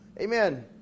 Amen